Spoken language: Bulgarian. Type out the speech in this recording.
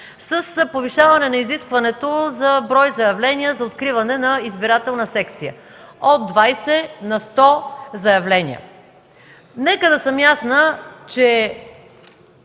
с повишаване на изискването за брой заявления за откриване на избирателна секция от 20 на 100 заявления. Нека да съм ясна, че